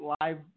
live